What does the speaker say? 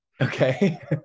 okay